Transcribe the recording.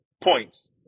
points